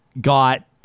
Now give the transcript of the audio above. got